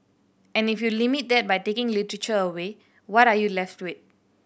and if you limit that by taking literature away what are you left with